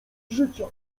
życia